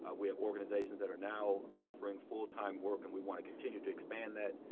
ah we have organizations that are now offering full time work. and we want to continue to expand that,